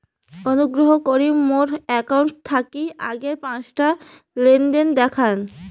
অনুগ্রহ করি মোর অ্যাকাউন্ট থাকি আগের পাঁচটা লেনদেন দেখান